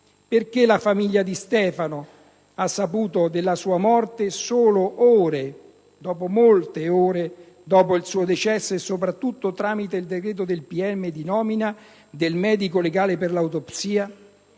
Perché la famiglia di Stefano ha saputo della sua morte solo ore dopo il suo decesso e soprattutto tramite il decreto del pubblico ministero di nomina del medico legale per l'autopsia?